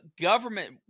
government